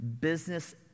business